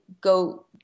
go